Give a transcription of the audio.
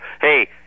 Hey